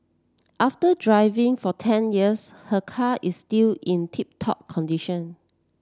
after driving for ten years her car is still in tip top condition